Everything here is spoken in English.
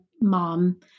mom